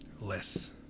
Less